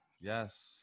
yes